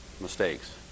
mistakes